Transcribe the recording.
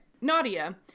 Nadia